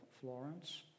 Florence